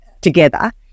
together